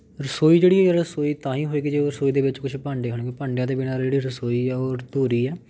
ਰਸੋਈ ਜਿਹੜੀ ਆ ਰਸੋਈ ਤਾਂ ਹੀ ਹੋਏਗੀ ਜੇ ਰਸੋਈ ਦੇ ਵਿੱਚ ਕੁਛ ਭਾਂਡੇ ਹੋਣਗੇ ਭਾਂਡਿਆਂ ਦੇ ਬਿਨਾ ਜਿਹੜੀ ਰਸੋਈ ਆ ਉਹ ਅਧੂਰੀ ਹੈ